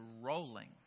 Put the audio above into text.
rolling